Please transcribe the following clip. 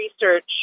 research